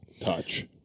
touch